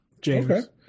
James